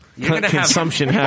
consumption